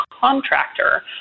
contractor